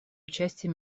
участие